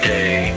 Day